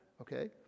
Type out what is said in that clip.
okay